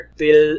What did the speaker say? till